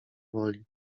woli